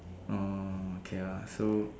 orh okay lah so